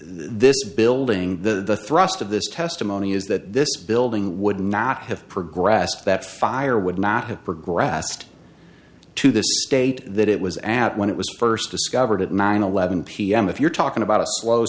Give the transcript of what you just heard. this building the thrust of this testimony is that this building would not have progressed that fire would not have progressed to the state that it was at when it was first discovered at nine eleven pm if you're talking about a slow